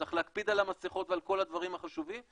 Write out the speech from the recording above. צריך להקפיד על המסכות ועל כל הדברים החשובים,